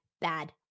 Bad